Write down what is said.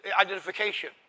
identification